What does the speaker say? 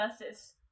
versus